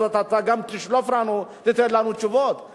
הזאת אתה גם תשלוף ותיתן לנו תשובות,